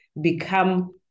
become